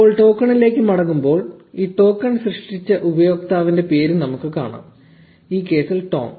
ഇപ്പോൾ ടോക്കണിലേക്ക് മടങ്ങുമ്പോൾ ഈ ടോക്കൺ സൃഷ്ടിച്ച ഉപയോക്താവിന്റെ പേര് നമുക്ക് കാണാം ഈ കേസിൽ ടോം